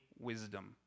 wisdom